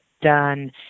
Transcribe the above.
done